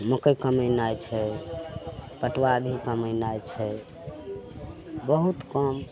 मकइ कमेनाइ छै पटुआ भी कमेनाइ छै बहुत कम